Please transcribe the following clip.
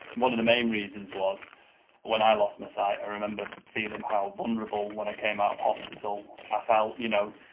one of the main reasons was when i lost my sight i remember feeling how vulnerable when i came out of hospital i felt, you know,